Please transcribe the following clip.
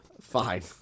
fine